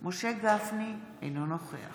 משה גפני, אינו נוכח